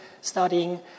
studying